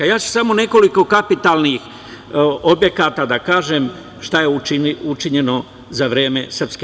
Samo ću nekoliko kapitalnih objekata da kažem šta je učinjeno za vreme SNS.